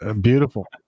Beautiful